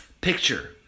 Picture